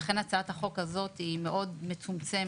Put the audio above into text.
ולכן הצעת החוק הזאת היא מאוד מצומצמת.